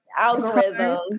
algorithms